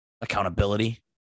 accountability